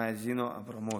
מאיה זינו אברמוביץ'.